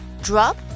Drop